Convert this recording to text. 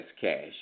cash